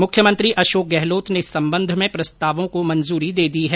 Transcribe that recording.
मुख्यमंत्री अशोक गहलोत ने इस संबंध में प्रस्तावों को मंजूरी दे दी है